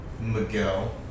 Miguel